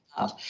love